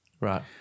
Right